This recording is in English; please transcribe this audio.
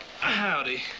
howdy